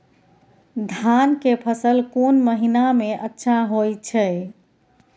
धान के फसल कोन महिना में अच्छा होय छै?